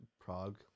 Prague